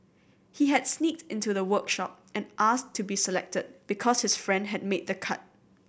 he had sneaked into the workshop and asked to be selected because his friend had made the cut